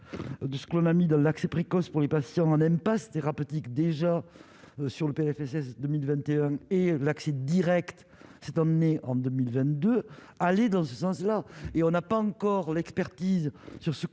de ce qu'on a mis dans l'accès précoce pour les patients n'aime pas ces thérapeutiques déjà sur le PLFSS 2021 et l'accès Direct, cet homme né en 2022 aller dans ce sens-là, et on n'a pas encore l'expertise sur ce